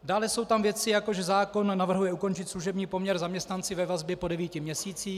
Dále jsou tam věci, jako že zákon navrhuje ukončit služební poměr zaměstnanci ve vazbě po devíti měsících.